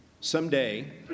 Someday